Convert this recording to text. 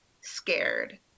scared